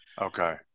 okay